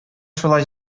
шулай